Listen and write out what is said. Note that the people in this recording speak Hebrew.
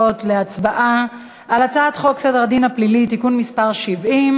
אז אני אומר, משפט סיום